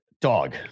dog